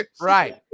Right